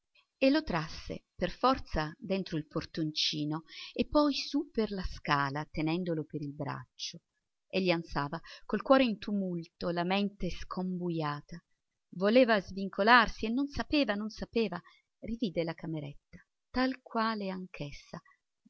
e lo trasse per forza dentro il portoncino e poi su per la scala tenendolo per il braccio egli ansava col cuore in tumulto la mente scombujata voleva svincolarsi e non sapeva non sapeva rivide la cameretta tal quale